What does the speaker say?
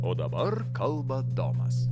o dabar kalba domas